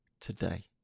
today